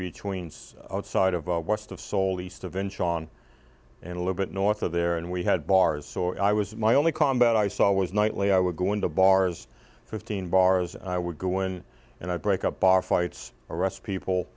between outside of west of seoul east eventually on and a little bit north of there and we had bars or i was my only combat i saw was nightly i would go into bars fifteen bars i would go in and i'd break up bar fights arrest people